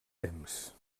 temps